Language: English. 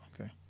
Okay